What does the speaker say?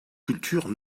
cultures